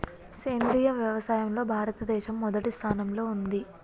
సేంద్రియ వ్యవసాయంలో భారతదేశం మొదటి స్థానంలో ఉంది